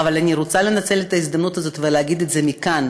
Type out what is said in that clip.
אבל אני רוצה לנצל את ההזדמנות הזאת ולהגיד את זה מכאן,